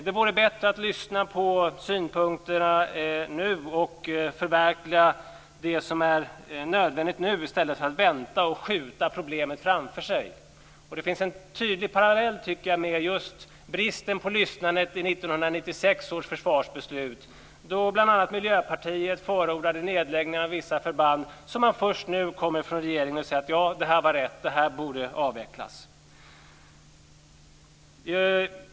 Det vore bättre att lyssna på synpunkterna nu och förverkliga det som nu är nödvändigt i stället för att vänta och skjuta problemen framför sig. Det finns en tydlig parallell med just bristen på lyssnande vid 1996 års försvarsbeslut. Då förordade bl.a. Miljöpartiet nedläggning av vissa förband. Först nu kommer man från regeringen och säger: Ja, det var rätt. Det här borde avvecklas.